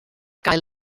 gael